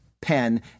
pen